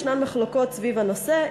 יש מחלוקות סביב הנושא.